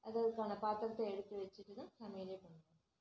அது அதுக்கான பாத்திரத்தை எடுத்து வச்சிட்டு தான் சமையல் பண்ணுவோம்